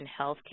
healthcare